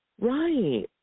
Right